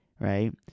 right